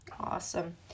awesome